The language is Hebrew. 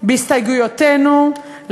בהסתייגויותינו,